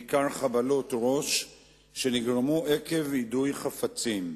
בעיקר חבלות ראש שנגרמו עקב יידוי חפצים.